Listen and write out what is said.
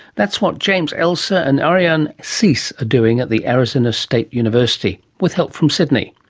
that's what james elser and arianne cease are doing at the arizona state university, with help from sydney.